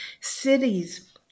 Cities